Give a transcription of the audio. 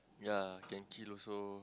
ya can chill also